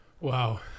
Wow